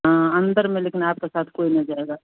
हाँ अंदर में लेकिन आपके साथ कोई न जाएगा